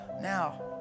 now